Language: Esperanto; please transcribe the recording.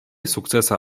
sukcesa